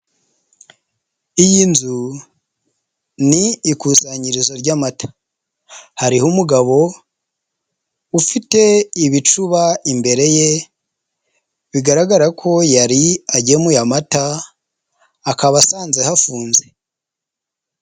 Iyi nzu ni ikusanyirizo ry'amata, hariho umugabo ufite ibicuba imbere ye, bigaragara ko yari agemuye amata, akaba asanze hafunze.